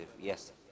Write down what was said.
yes